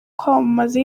kwamamaza